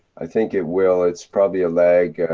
i think it will, it's probably a lag.